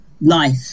life